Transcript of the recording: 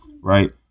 right